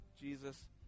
Jesus